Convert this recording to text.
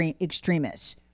extremists